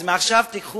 אז מעכשיו, חבר'ה,